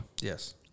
Yes